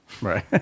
right